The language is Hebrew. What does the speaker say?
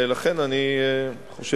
לכן אני חושב,